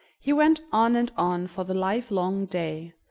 he went on and on for the livelong day,